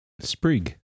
Sprig